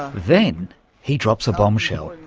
then he drops a bombshell.